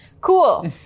Cool